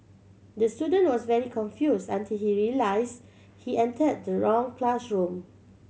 the student was very confused until he realised he entered the wrong classroom